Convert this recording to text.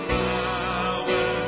power